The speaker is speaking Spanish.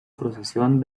procesión